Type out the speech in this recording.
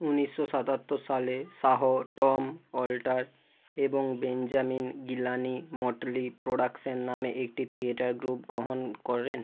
ঊনিশশো সাতাত্তর সালে শাহ টম অল্টার এবং বেঞ্জামিন গিলানি মটলি প্রোডাকশন নামে একটি থিয়েটার গ্রুপ গ্রহণ করেন